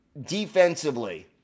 Defensively